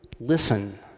listen